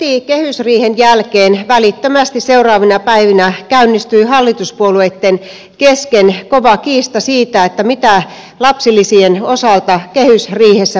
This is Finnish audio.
heti kehysriihen jälkeen välittömästi seuraavina päivinä käynnistyi hallituspuolueitten kesken kova kiista siitä mitä lapsilisien osalta kehysriihessä päätettiin